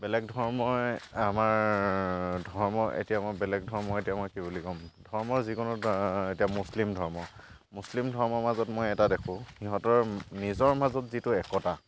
বেলেগ ধৰ্মই আমাৰ ধৰ্ম এতিয়া মই বেলেগ ধৰ্ম এতিয়া মই কি বুলি ক'ম ধৰ্ম যিকোনো এতিয়া মুচলিম ধৰ্ম মুচলিম ধৰ্মৰ মাজত মই এটা দেখোঁ সিহঁতৰ নিজৰ মাজত যিটো একতা